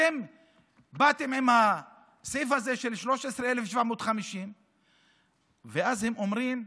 אתם באתם עם הסעיף הזה של 13,750. והם אומרים: